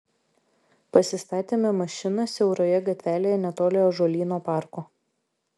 pasistatėme mašiną siauroje gatvelėje netoli ąžuolyno parko